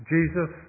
Jesus